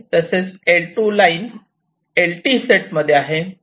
तसेच L2 line LT set मध्ये आहे